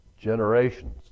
generations